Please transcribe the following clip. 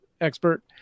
expert